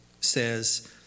says